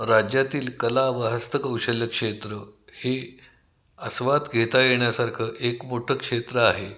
राज्यातील कला व हस्तकौशल्य क्षेत्र हे आस्वाद घेता येण्यासारखं एक मोठं क्षेत्र आहे